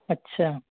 اچھا